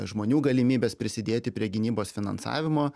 žmonių galimybes prisidėti prie gynybos finansavimo